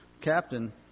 captain